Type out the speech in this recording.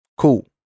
cool